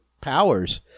Powers